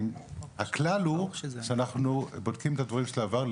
הכלל הוא שאנחנו בודקים את הדברים של העבר.